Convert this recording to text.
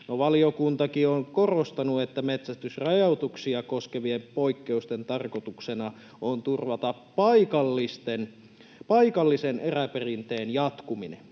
valiokuntakin on korostanut, että metsästysrajoituksia koskevien poikkeusten tarkoituksena on turvata paikallisen eräperinteen jatkuminen.